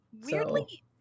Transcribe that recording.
weirdly